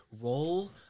roll